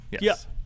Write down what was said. yes